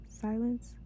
Silence